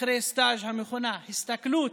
אחרי סטאז', המכונה "הסתכלות",